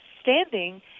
standing